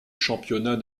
championnat